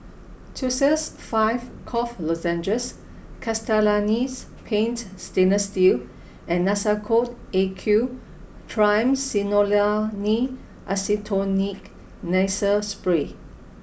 Tussils five Cough Lozenges Castellani's Paint Stainless and Nasacort AQ Triamcinolone Acetonide Nasal Spray